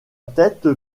tête